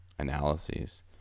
analyses